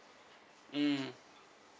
mm